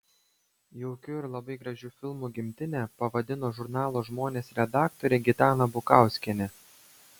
jaukiu ir labai gražiu filmu gimtinę pavadino žurnalo žmonės redaktorė gitana bukauskienė